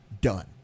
done